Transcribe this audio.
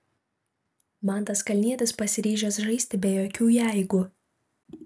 mantas kalnietis pasiryžęs žaisti be jokių jeigu